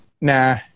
nah